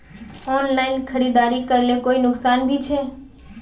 Online खरीदारी करले कोई नुकसान भी छे?